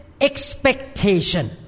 expectation